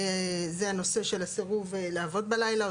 זה הנושא של הסירוב לעבוד בלילה או